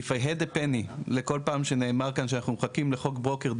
אם היה לי שקל על כל פעם שנאמר כאן שאנחנו מחכים לחוק ברוקר-דילר,